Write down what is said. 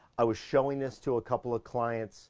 i was showing this to a couple of clients